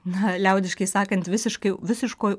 na liaudiškai sakant visiškai visiškoj